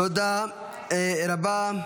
תודה רבה.